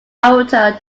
outer